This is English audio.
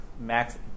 max